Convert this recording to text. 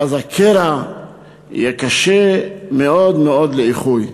ואז הקרע יהיה קשה מאוד לאיחוי.